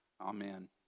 amen